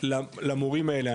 למורים האלה,